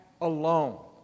alone